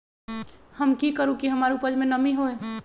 हम की करू की हमार उपज में नमी होए?